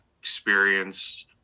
experience